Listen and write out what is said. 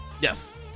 Yes